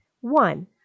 One